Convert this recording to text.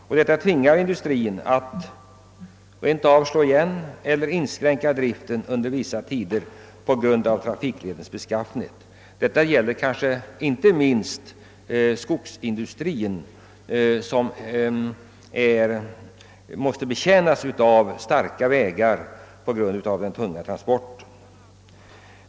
Industrier tvingas därför att slå igen eller inskränka driften under vissa tider på grund av trafikledens beskaffenhet. Detta gäller inte minst skogsindustrin, som måste ha starka vägar på grund av de tunga transporterna.